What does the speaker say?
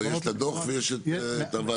יש את הדו"ח ויש את הוועדה.